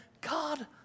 God